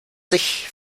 sich